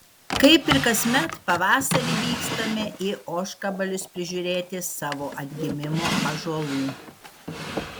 kaip ir kasmet pavasarį vykstame į ožkabalius prižiūrėti savo atgimimo ąžuolų